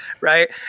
Right